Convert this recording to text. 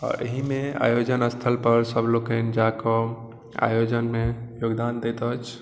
आओर एहीमे आयोजन स्थलपर सब लोकनि जाकऽ आयोजनमे योगदान दैत अछि